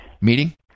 meeting